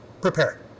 prepare